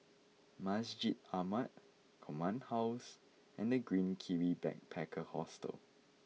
Masjid Ahmad Command House and The Green Kiwi Backpacker Hostel